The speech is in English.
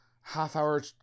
half-hour